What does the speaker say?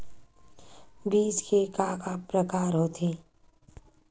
बीज के का का प्रकार होथे?